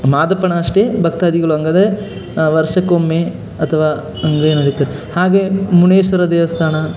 ಮಾದಪ್ಪನಷ್ಟೇ ಭಕ್ತಾದಿಗಳು ಹಂಗದ್ರೆ ವರ್ಷಕ್ಕೊಮ್ಮೆ ಅಥವಾ ಹಂಗೆ ನಡಿತಿರುತ್ತೆ ಹಾಗೇ ಮುನೀಶ್ವರ ದೇವಸ್ಥಾನ